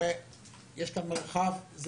הרי יש מרחב.